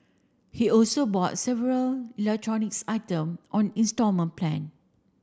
he also bought several electronics item on installment plan